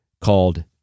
called